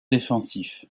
défensif